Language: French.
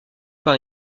par